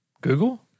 Google